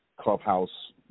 clubhouse